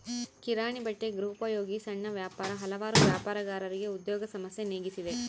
ಕಿರಾಣಿ ಬಟ್ಟೆ ಗೃಹೋಪಯೋಗಿ ಸಣ್ಣ ವ್ಯಾಪಾರ ಹಲವಾರು ವ್ಯಾಪಾರಗಾರರಿಗೆ ಉದ್ಯೋಗ ಸಮಸ್ಯೆ ನೀಗಿಸಿದೆ